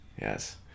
Yes